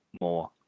more